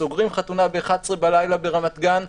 סוגרים חתונה ב-11 בלילה ברמת גן,